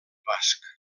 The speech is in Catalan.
basc